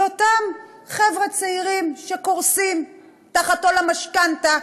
ואותם חבר'ה צעירים קורסים תחת עול המשכנתה,